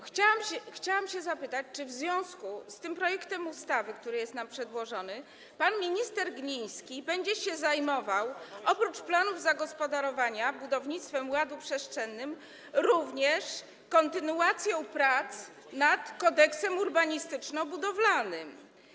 Chciałabym się zapytać, czy w związku z tym projektem ustawy, który jest nam przedłożony, pan minister Gliński będzie się zajmował, oprócz zajmowania się planami zagospodarowania, budownictwem, ładem przestrzennym, również kontynuacją prac nad Kodeksem urbanistyczno-budowlanym.